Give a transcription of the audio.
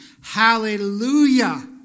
hallelujah